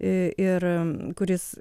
ir kuris